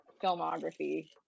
filmography